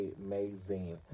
amazing